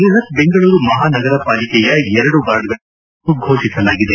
ಬೃಹತ್ ಬೆಂಗಳೂರು ಮಹಾನಗರ ಪಾಲಿಕೆಯ ಎರಡು ವಾರ್ಡ್ಗಳಿಗೆ ಉಪಚುನಾವಣೆಯನ್ನು ಘೋಷಿಸಲಾಗಿದೆ